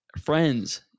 friends